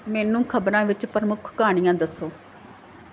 ਮੈਨੂੰ ਖ਼ਬਰਾਂ ਵਿੱਚ ਪ੍ਰਮੁੱਖ ਕਹਾਣੀਆਂ ਦੱਸੋ